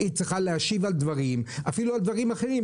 היא צריכה להשיב על דברים, אפילו על דברים אחרים.